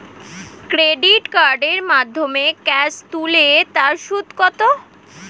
Credit কার্ডের মাধ্যমে cash তুলে তার সুদ কত?